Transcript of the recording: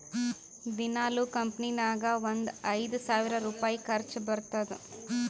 ದಿನಾಲೂ ಕಂಪನಿ ನಾಗ್ ಒಂದ್ ಐಯ್ದ ಸಾವಿರ್ ರುಪಾಯಿ ಖರ್ಚಾ ಬರ್ತುದ್